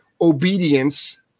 obedience